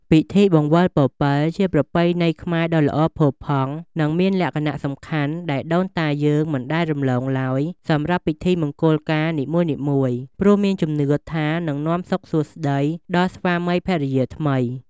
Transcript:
ពិធីបង្វិលពពិល ជាប្រពៃណីខ្មែរដ៏ល្អផូរផង់ និងមានលក្ខណៈសំខាន់ដែលដូនតាយើងមិនដែលរំលងឡើយសម្រាប់ ពិធីមង្គលការនីមួយៗ ព្រោះមានជំនឿថានឹងនាំសុខសួស្តី ដល់ស្វាមីភរិយាថ្មី ។